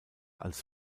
als